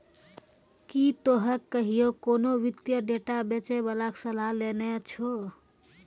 कि तोहें कहियो कोनो वित्तीय डेटा बेचै बाला के सलाह लेने छो?